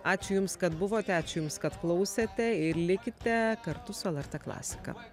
ačiū jums kad buvote ačiū jums kad klausėte ir likite kartu su lrt klasika